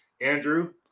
Andrew